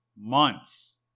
months